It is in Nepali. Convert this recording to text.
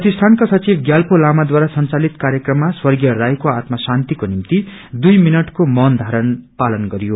प्रतिष्ठानका सचिव ग्याल्पो लामाद्वारा संचालित कार्यक्रममा स्वग्प्रिय राईको आत्मा षान्तिको निम्ति दुइ मिनटाको मौन धारण पालन गरियो